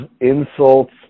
insults